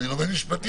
אני לומד משפטים.